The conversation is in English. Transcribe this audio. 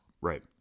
Right